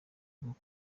ubwoko